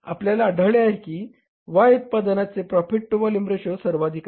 आपल्याला आढळले आहे की Y उत्पादनाचे प्रॉफिट टू व्हॉल्युम रेशो सर्वाधिक आहे